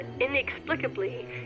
inexplicably